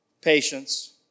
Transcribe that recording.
patience